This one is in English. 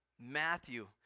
Matthew